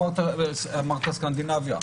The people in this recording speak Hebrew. אמרת סקנדינביה,